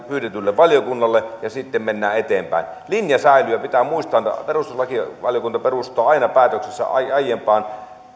pyydetylle valiokunnalle ja sitten mennään eteenpäin linja säilyy ja pitää muistaa että perustuslakivaliokunta perustaa aina päätöksensä aiempaan